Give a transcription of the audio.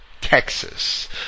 Texas